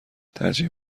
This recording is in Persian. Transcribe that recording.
ترجیح